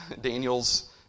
Daniel's